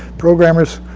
programmers